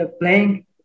playing